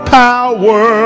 power